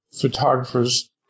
photographers